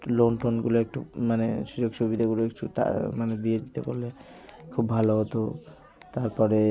loan টোনগুলো একটু মানে সুযোগ সুবিদাগুলো একটু তা মানে দিয়ে দিতে পারলে খুব ভালো হতো তারপরে